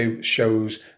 shows